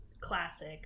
classic